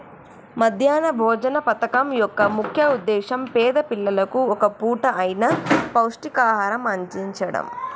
మధ్యాహ్న భోజన పథకం యొక్క ముఖ్య ఉద్దేశ్యం పేద పిల్లలకు ఒక్క పూట అయిన పౌష్టికాహారం అందిచడం